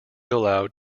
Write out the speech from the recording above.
allowed